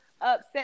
upset